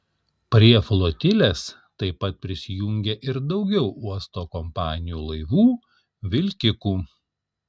prie flotilės taip pat prisijungė ir daugiau uosto kompanijų laivų vilkikų